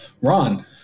Ron